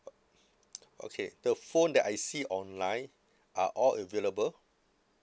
okay the phone that I see online are all available